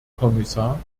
kommissar